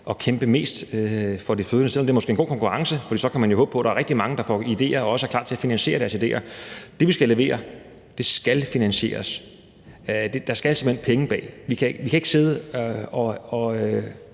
at kæmpe mest for de fødende, selv om det måske er en god konkurrence, for så kan man jo håbe på, at der er rigtig mange, der får idéer og også er klar til at finansiere deres idéer. Det, vi skal levere, skal finansieres. Der skal simpelt hen være penge bag. Vi kan ikke sidde og